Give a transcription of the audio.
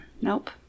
Nope